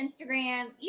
instagram